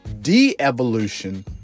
de-evolution